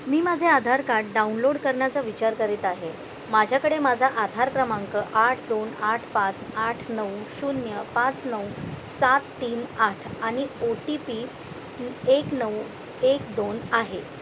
मी माझे Aadhaar card download करण्याचा विचार करीत आहे माझ्याकडे माझा आधार क्रमांक आठ दोन आठ पाच आठ नऊ शून्य पाच नऊ सात तीन आठ आणि ओ टी पी एक नऊ एक दोन आहे